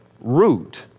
root